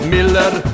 Miller